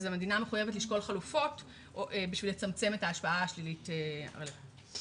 המדינה מחויבת לשקול חלופות כדי לצמצם את ההשפעה השלילית הרלוונטית.